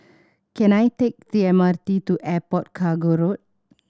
can I take the M R T to Airport Cargo Road